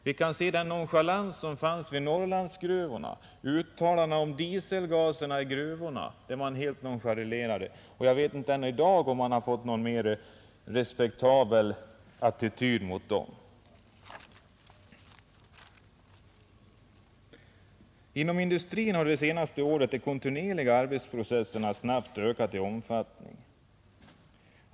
Vi kan tänka på den nonchalans som visades vid Norrlandsgruvorna i uttalandena om dieselgaser i gruvorna. Jag vet inte om man än i dag har intagit någon mera respektfull attityd mot det. Inom industrin har under de senaste åren de kontinuerliga arbetsprocesserna snabbt ökat i omfattning.